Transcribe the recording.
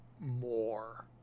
more